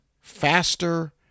faster